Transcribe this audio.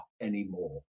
anymore